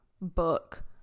book